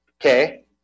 okay